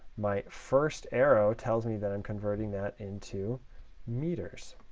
my first arrow tells me that i'm converting that into meters.